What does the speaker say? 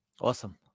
Awesome